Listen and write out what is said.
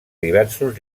diversos